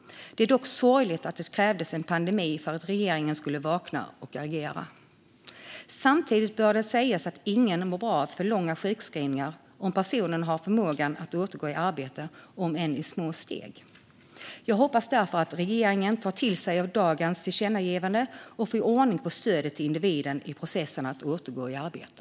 Det är dock sorgligt att det skulle krävas en pandemi för att regeringen skulle vakna och agera. Samtidigt bör det sägas att ingen mår bra av för lång sjukskrivning om man har förmåga att återgå i arbete, om än i små steg. Jag hoppas därför att regeringen tar till sig dagens tillkännagivande och får ordning på stödet till individen i processen att återgå i arbete.